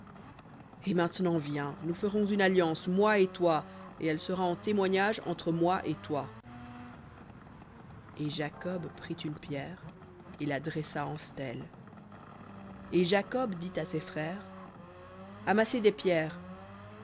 et maintenant viens nous ferons une alliance moi et toi et elle sera en témoignage entre moi et toi et jacob prit une pierre et la dressa en stèle et jacob dit à ses frères amassez des pierres